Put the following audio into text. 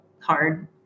hard